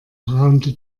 raunte